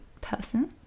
person